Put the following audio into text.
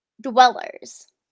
dwellers